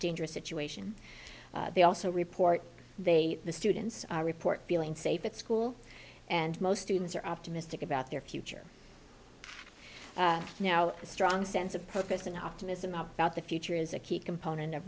dangerous situation they also report they the students are report feeling safe at school and most students are optimistic about their future now a strong sense of purpose and optimism about the future is a key component of